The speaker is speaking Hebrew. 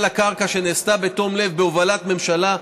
לקרקע שנעשתה בתום לב בהובלת ממשלה.